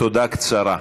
תודה קצרה.